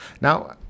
Now